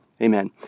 amen